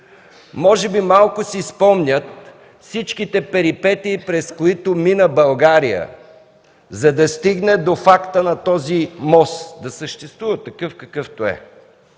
Може би и малко си спомнят всичките перипетии, през които мина България, за да стигне до факта на този мост – да съществува такъв, какъвто е.